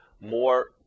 more